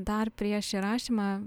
dar prieš įrašymą